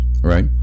right